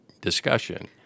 discussion